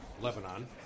Lebanon